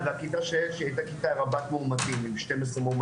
הכיתה של הילד שלי הייתה כיתה רבת מאומתים עם 12 מאומתים.